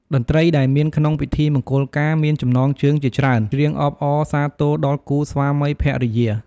តន្រី្តដែលមានក្នុងពិធីមង្គលការមានចំណងជើងជាច្រើន ច្រៀងអបអរសាទរដល់គូស្វាមីភរិយា។